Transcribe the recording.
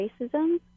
racism